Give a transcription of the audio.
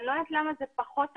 אני לא יודעת למה זה פחות תפס,